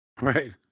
Right